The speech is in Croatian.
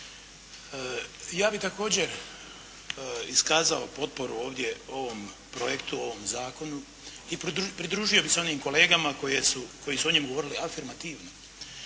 Ja bih također iskazao potporu ovdje ovom projektu, ovom zakonu i pridružio bih se onim kolegama koji su o njemu govorili afirmativno